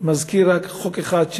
מזכיר רק חוק אחד,